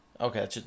Okay